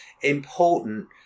important